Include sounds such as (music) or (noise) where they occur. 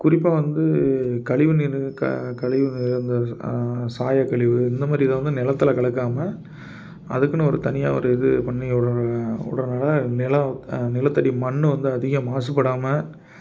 குறிப்பாக வந்து கழிவுநீரு க கழிவுநீர் அந்த சாயக்கழிவு இந்தமாதிரி இதைவந்து நிலத்தில் கலக்காமல் அதுக்குன்னு ஒரு தனியாக ஒரு இது பண்ணி (unintelligible) விடுறதுனால நிலம் நிலத்தடி மண் வந்து அதிகம் மாசுபடாமல்